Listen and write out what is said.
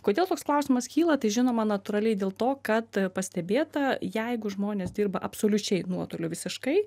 kodėl toks klausimas kyla tai žinoma natūraliai dėl to kad pastebėta jeigu žmonės dirba absoliučiai nuotoliu visiškai